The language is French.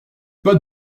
pas